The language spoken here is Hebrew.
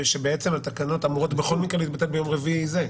ושבעצם התקנות אמורות בכל מקרה להתבטל ביום רביעי זה,